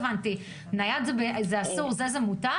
אסור וזה מותר?